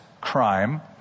crime